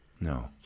No